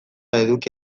eduki